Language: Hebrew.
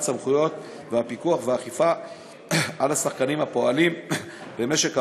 סמכויות הפיקוח והאכיפה על השחקנים הפועלים במשק המים,